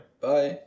Bye